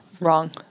wrong